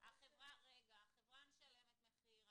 החברה משלמת מחיר,